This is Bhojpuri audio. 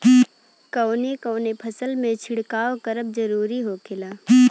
कवने कवने फसल में छिड़काव करब जरूरी होखेला?